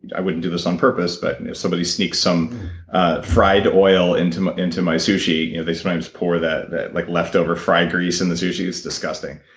i wouldn't do this on purpose but if somebody sneaks some fried oil into my into my sushi, you know they sometimes pour that that like leftover fried grease in the sushi, it's disgusting.